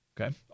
Okay